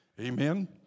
Amen